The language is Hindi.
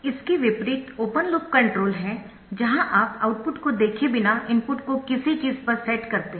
इसके विपरीत ओपन लूप कंट्रोल है जहां आप आउटपुट को देखे बिना इनपुट को किसी चीज़ पर सेट करते है